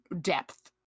depth